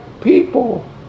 people